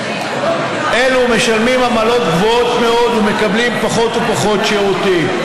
אלו משלמים עמלות גבוהות מאוד ומקבלים פחות ופחות שירותים.